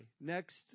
Next